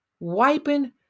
wiping